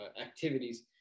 activities